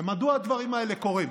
ומדוע הדברים האלה קורים?